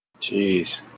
Jeez